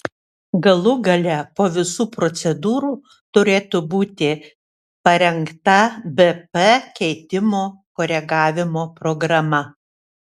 galų gale po visų procedūrų turėtų būti parengta bp keitimo koregavimo programa